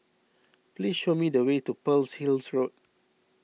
please show me the way to Pearl's Hill Road